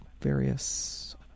various